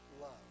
love